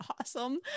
awesome